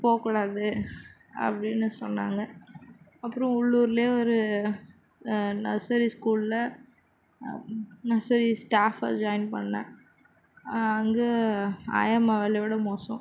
போகக்கூடாது அப்படின்னு சொன்னாங்க அப்புறம் உள்ளூரிலே ஒரு நர்சரி ஸ்கூலில் நர்சரி ஸ்டாஃப்பாக ஜாயின் பண்ணேன் அங்கே ஆயம்மா வேலையோட மோசம்